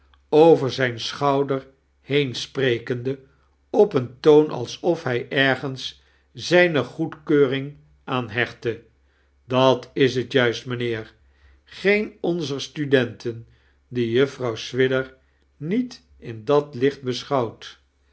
over zijn schouder heen sprekende op een toon alsof hij ergens zijne goedkeuring aan hechtte dat is het juist mijnheer geen onizer studenten die juffrouw swidger niet in dat lieht beschouwt